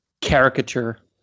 caricature